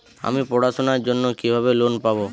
আমি পড়াশোনার জন্য কিভাবে লোন পাব?